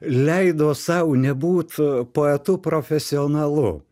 leido sau nebūt poetu profesionalu